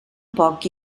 poc